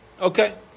Okay